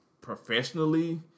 professionally